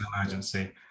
emergency